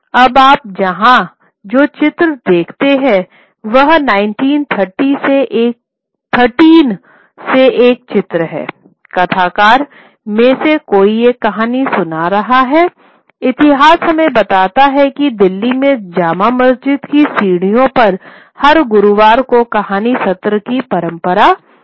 अब आप यहाँ जो चित्र देखते हैं वह 1913 से एक चित्र है कथाकार में से कोई एक कहानी कह रहा है इतिहास हमें बताता है कि दिल्ली में जामा मस्जिद की सीढ़ियों पर हर गुरुवार को कहानी सत्र की परंपरा थी